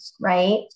right